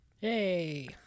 Hey